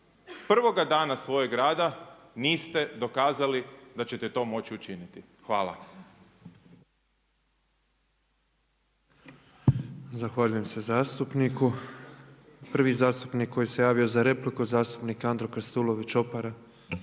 Prvoga dana svojeg rada niste dokazali da ćete to moći učiniti. Hvala.